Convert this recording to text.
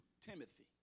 Timothy